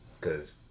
cause